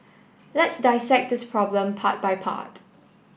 let's dissect this problem part by part